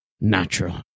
natural